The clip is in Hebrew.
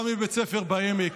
גם מבית ספר בעמק.